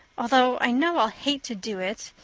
although i know i'll hate to do it.